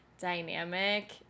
dynamic